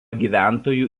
gyventojų